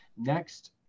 next